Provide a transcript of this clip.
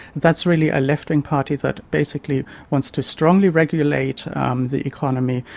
that's really a left-wing party that basically wants to strongly regulate um the economy,